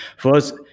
first,